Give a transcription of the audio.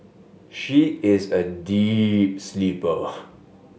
she is a deep sleeper